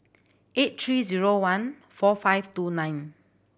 eight three zero one four five two nine